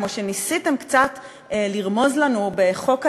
כמו שניסיתם קצת לרמוז לנו בחוק הלאום,